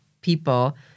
people